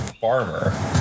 farmer